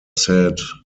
said